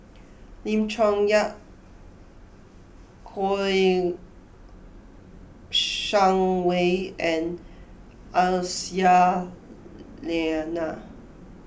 Lim Chong Yah Kouo Shang Wei and Aisyah Lyana